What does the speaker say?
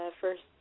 first